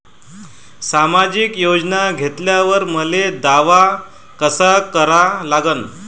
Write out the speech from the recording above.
सामाजिक योजना घेतल्यावर मले दावा कसा करा लागन?